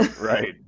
Right